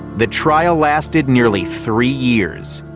the trial lasted nearly three years,